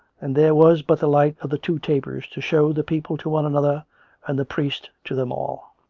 and there was but the light of the two tapers to show the people to one another and the priest to them all.